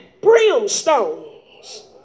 brimstones